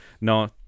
No